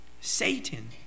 Satan